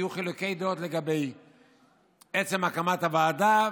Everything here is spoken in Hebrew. חילוקי דעות לגבי עצם הקמת הוועדה,